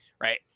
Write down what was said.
right